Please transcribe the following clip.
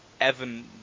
Evan